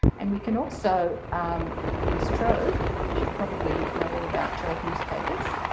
and we can also um use trove as you probably know all about trove newspapers,